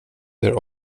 there